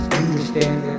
understand